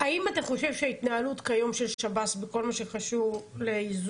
האם אתה חושב שההתנהלות כיום של שב"ס בכל מה שקשור לאיזוק